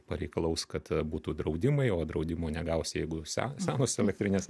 pareikalaus kad būtų draudimai o draudimo negausi jeigu se senos elektrinės